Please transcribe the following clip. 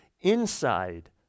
inside